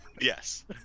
Yes